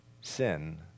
sin